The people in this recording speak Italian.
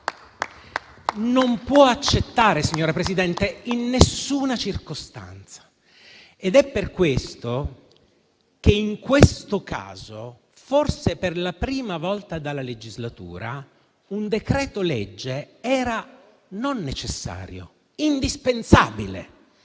Non può accettare, signora Presidente, in nessuna circostanza. È per questo che in questo caso, forse per la prima volta dall'inizio della legislatura, un decreto-legge era non necessario, ma indispensabile,